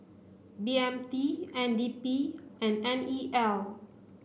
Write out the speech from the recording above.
B M T N D P and N E L